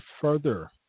further